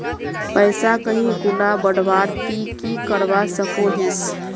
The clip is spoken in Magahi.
पैसा कहीं गुणा बढ़वार ती की करवा सकोहिस?